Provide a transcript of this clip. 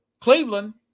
Cleveland